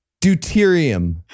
deuterium